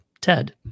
Ted